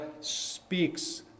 speaks